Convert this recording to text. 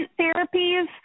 therapies